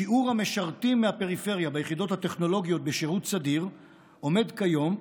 שיעור המשרתים מהפריפריה ביחידות הטכנולוגיות בשירות סדיר עומד כיום,